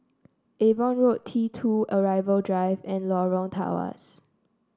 Avon Road T two Arrival Drive and Lorong Tawas